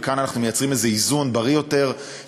וכאן אנחנו מייצרים איזה איזון בריא יותר,